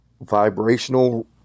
vibrational